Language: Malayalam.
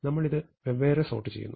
നമ്മളിത് വെവ്വേറെ സോർട്ട് ചെയ്യുന്നു